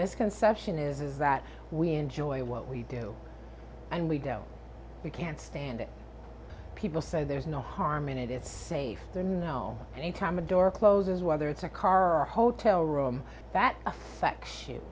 misconception is that we enjoy what we do and we do know we can't stand it people say there's no harm in it it's safe there now any time a door closes whether it's a car or a hotel room that affects you